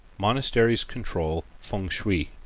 monasteries control feng-shui